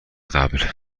قبل